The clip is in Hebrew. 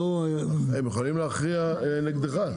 הם יכולים להכריע נגדך.